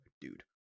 dude